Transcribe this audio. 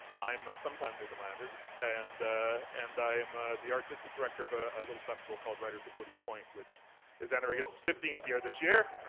i'm a sometime newfoundlander, and and i'm ah the artistic director of ah a little festival called writers at woody point, which is entering its fifteenth year this year.